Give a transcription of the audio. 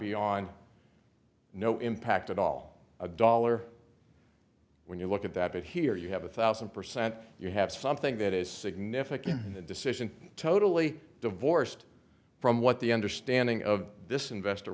beyond no impact at all a dollar when you look at that here you have a thousand percent you have something that is significant decision totally divorced from what the understanding of this investor